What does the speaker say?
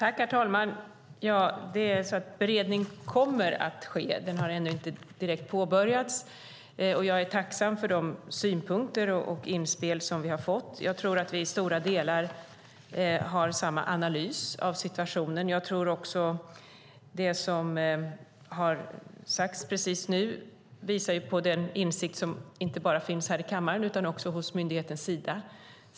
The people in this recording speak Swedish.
Herr talman! Beredning kommer att ske. Den har ännu inte påbörjats. Jag är tacksam för de synpunkter och inspel som jag har fått. Jag tror att vi i stora delar gör samma analys av situationen. Det som har sagts här visar på en insikt som inte bara finns här i kammaren utan också hos myndigheten Sida.